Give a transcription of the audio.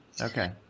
okay